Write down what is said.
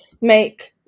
make